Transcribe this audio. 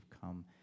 come